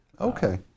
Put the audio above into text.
Okay